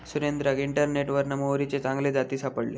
सुरेंद्राक इंटरनेटवरना मोहरीचे चांगले जाती सापडले